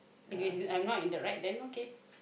if is I'm not in the right then okay